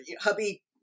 hubby